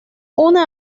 una